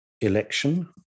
election